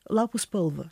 lapų spalvą